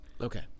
Okay